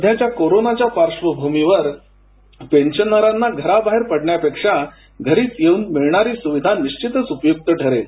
सध्याच्या कोरोनाच्या पार्श्वभूमीवर पेन्शनरांना घराबाहेर पडण्यापेक्षा घरीच येऊन मिळणारी स्विधा निश्चितच उपयुक्त ठरेल